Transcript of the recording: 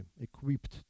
equipped